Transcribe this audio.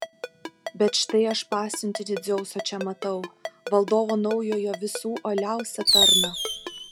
bet štai aš pasiuntinį dzeuso čia matau valdovo naujojo visų uoliausią tarną